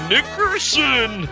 Nickerson